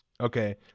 Okay